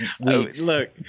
Look